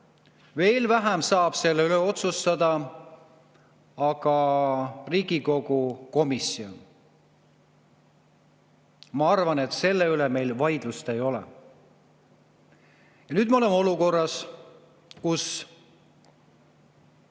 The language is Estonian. Veel vähem saab selle üle otsustada Riigikogu komisjon. Ma arvan, et selle üle meil vaidlust ei ole. Nüüd me oleme olukorras, kus